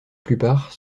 plupart